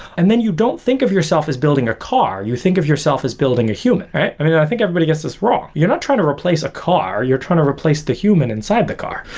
and then you don't think of yourself as building a car. you think of yourself as building a human, right? i mean, i think everybody gets this wrong. you're not trying to replace a car, you're trying to replace the human inside the car.